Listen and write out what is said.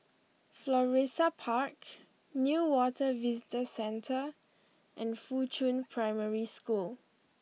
Florissa Park Newater Visitor Centre and Fuchun Primary School